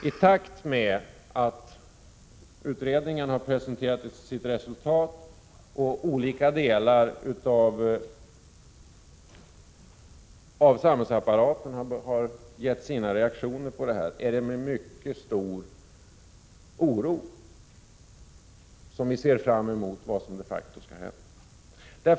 I takt med att utredningarna presenterat sina resultat och olika delar av samhällsapparaten har gett sina reaktioner är det med mycket stor oro som vi ser fram mot vad som faktiskt skall hända.